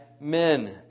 men